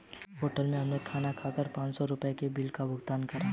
hotel में हमने खाना खाकर पाँच सौ रुपयों के बिल का भुगतान करा